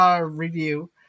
review